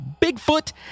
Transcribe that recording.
Bigfoot